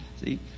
see